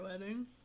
wedding